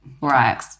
Right